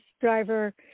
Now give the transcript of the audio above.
driver